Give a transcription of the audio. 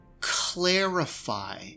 clarify